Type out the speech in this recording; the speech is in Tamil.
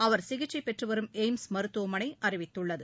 அவா் சிகிச்சை பெற்றுவரும் எய்ம்ஸ் மருத்துவமனை அறிவித்துள்ளது